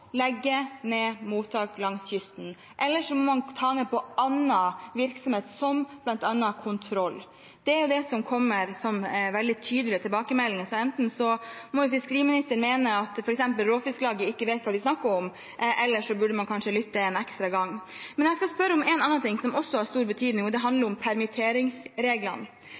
legge ned mottak langs kysten, eller så må man kutte ned på annen virksomhet, bl.a. kontroll. Det er det som kommer som en veldig tydelig tilbakemelding. Enten må fiskeriministeren mene at f.eks. Råfisklaget ikke vet hva de snakker om, eller så burde man kanskje lytte en ekstra gang. Men jeg vil spørre om noe annet, som også har stor betydning, og det handler om permitteringsreglene